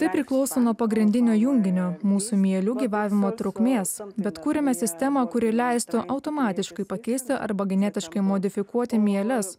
tai priklauso nuo pagrindinio junginio mūsų mielių gyvavimo trukmės bet kuriame sistemą kuri leistų automatiškai pakeisti arba genetiškai modifikuoti mieles